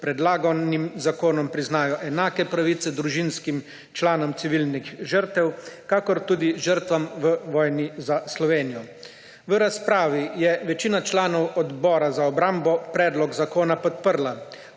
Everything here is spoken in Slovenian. predlaganim zakonom priznajo enake pravice družinskim članom civilnih žrtev kakor tudi žrtvam v vojni za Slovenijo. V razpravi je večina članov Odbora za obrambo predlog zakona podprla.